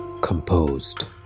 composed